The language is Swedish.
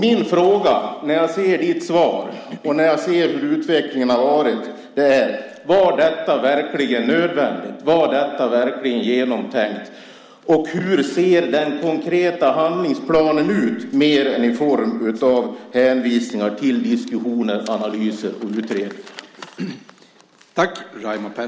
Min fråga när jag ser ditt svar, och när jag ser hur utvecklingen har varit, är: Var detta verkligen nödvändigt? Var detta verkligen genomtänkt? Och hur ser den konkreta handlingsplanen ut mer än i form av hänvisningar till diskussioner, analyser och utredningar?